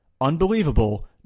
Unbelievable